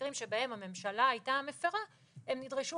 במקרים שבהם הממשלה הייתה המפרה הם נדרשו